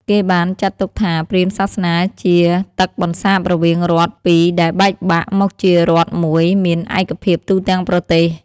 គេបានចាត់ទុកថា ព្រាហ្មណ៍សាសនាជាទឹកបន្សាបរវាងរដ្ឋពីរដែលបែកបាក់ មកជារដ្ឋមួយមានឯកភាពទូទាំងប្រទេស។